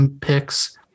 picks